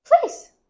Please